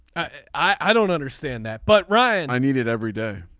i don't understand that. but ryan i need it every day.